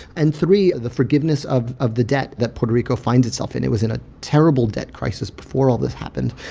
and three the forgiveness of of the debt that puerto rico finds itself in. it was in a terrible debt crisis before all this happened.